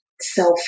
self